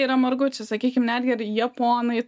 yra margučių sakykim netgi ir japonai